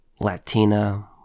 Latina